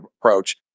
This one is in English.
approach